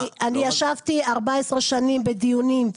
אני ישבתי 14 שנים בדיונים,